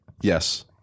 Yes